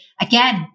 again